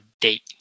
date